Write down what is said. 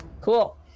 Cool